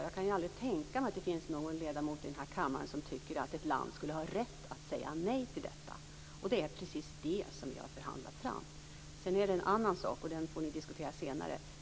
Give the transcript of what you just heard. Jag kan aldrig tänka mig att det finns någon ledamot i den här kammaren som tycker att ett land skulle ha rätt att säga nej till detta. Det är precis det som vi har förhandlat fram. Sedan är det en annan sak hur man skall göra med verkställigheten.